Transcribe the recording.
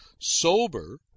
sober